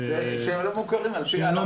--- שהם לא מוכרים על פי ההלכה.